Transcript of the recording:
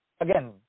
Again